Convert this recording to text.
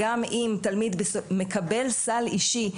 גם אם תלמיד מקבל סל אישי,